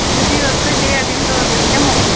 وۄنۍ دِیِو حظ سُہ ڈیٹ ییٚمہِ دۄہ حظ أسۍ یِمو